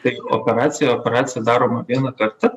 tai operacija operacija daroma vieną kartą